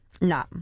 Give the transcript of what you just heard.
no